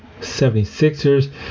76ers